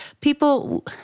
people